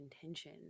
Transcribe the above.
intention